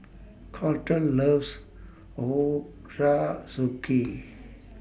Colter loves Ochazuke